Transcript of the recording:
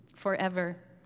forever